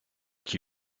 qui